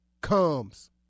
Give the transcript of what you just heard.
comes